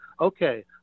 Okay